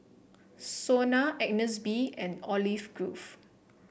Sona Agnes B and Olive Grove